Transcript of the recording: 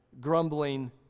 grumbling